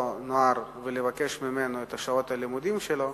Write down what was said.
נער ולבקש ממנו לעבוד בשעות הלימודים שלו,